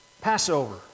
Passover